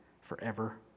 forever